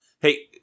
Hey-